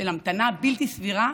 של המתנה בלתי סבירה,